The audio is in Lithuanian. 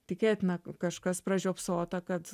tikėtina kažkas pražiopsota kad